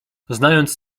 znając